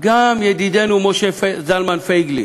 גם ידידנו משה זלמן פייגלין.